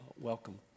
Welcome